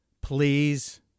Please